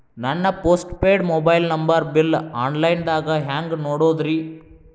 ನನ್ನ postpaid mobile number bill, online ದಾಗ ಹ್ಯಾಂಗ್ ನೋಡೋದ್ರಿ?